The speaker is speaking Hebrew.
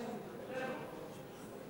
איננו.